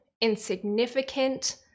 insignificant